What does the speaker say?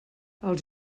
els